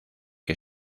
que